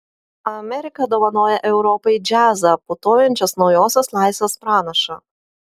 amerika dovanoja europai džiazą putojančios naujosios laisvės pranašą